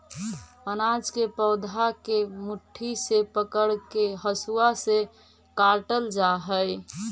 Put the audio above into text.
अनाज के पौधा के मुट्ठी से पकड़के हसुआ से काटल जा हई